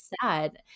sad